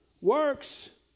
works